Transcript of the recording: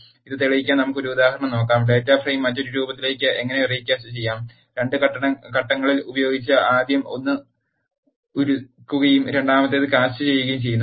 ഇത് തെളിയിക്കാൻ നമുക്ക് ഒരു ഉദാഹരണം നോക്കാം ഡാറ്റ ഫ്രെയിം മറ്റൊരു രൂപത്തിലേക്ക് എങ്ങനെ റീകാസ്റ്റ് ചെയ്യാം 2 ഘട്ടങ്ങൾ ഉപയോഗിച്ച് ആദ്യം ഒന്ന് ഉരുകുകയും രണ്ടാമത്തേത് കാസ്റ്റ് ചെയ്യുകയും ചെയ്യുന്നു